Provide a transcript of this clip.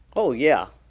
oh, yeah.